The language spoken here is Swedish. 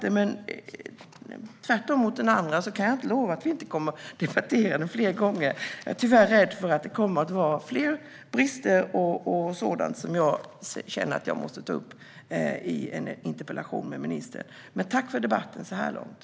Men till skillnad från när det gäller den andra debatten kan jag inte lova att vi inte kommer att debattera detta fler gånger. Tyvärr är jag rädd för att jag kommer att känna att jag måste ta upp fler brister och annat i interpellationer med ministern.